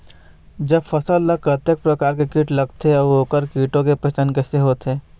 जब फसल ला कतेक प्रकार के कीट लगथे अऊ ओकर कीटों के पहचान कैसे होथे?